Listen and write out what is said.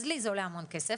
אז לי זה עולה המון כסף,